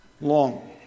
Long